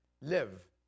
live